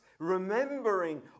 remembering